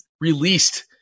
released